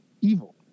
evil